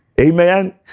Amen